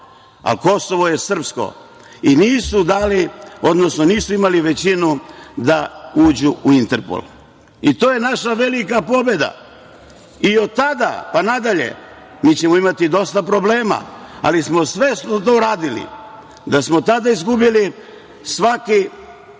odnosno nisu imali većinu da uđu u Interpol. To je naša velika pobeda. Od tada pa nadalje, mi ćemo imati dosta problema, ali smo svesno to uradili. Da smo tada izgubili, svaki drugi